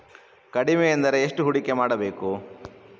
ಕಡಿಮೆ ಎಂದರೆ ಎಷ್ಟು ಹೂಡಿಕೆ ಮಾಡಬೇಕು?